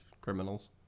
criminals